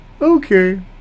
okay